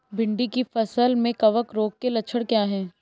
भिंडी की फसल में कवक रोग के लक्षण क्या है?